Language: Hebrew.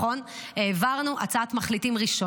זה כבר היה צריך להיות לפני שנה.